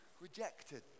rejected